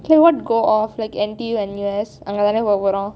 cannot go off like N_T_U N_U_S அங்கே தானே போ போறோம்:ankei thaanai po porom